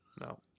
No